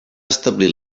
establir